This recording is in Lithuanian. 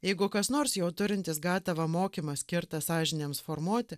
jeigu kas nors jau turintis gatavą mokymą skirtą sąžinėms formuoti